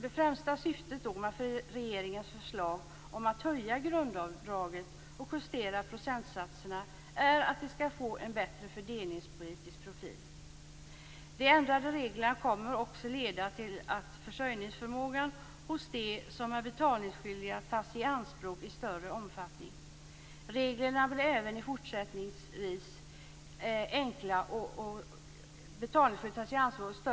Det främsta syftet med regeringens förslag om att höja grundavdraget och justera procentsatserna är att det skall få en bättre fördelningspolitisk profil. De ändrade reglerna kommer också att leda till att försörjningsförmågan hos de som är betalningsskyldiga tas i anspråk i större omfattning.